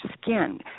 skin